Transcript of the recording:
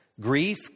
Grief